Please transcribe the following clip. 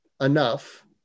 enough